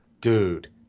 dude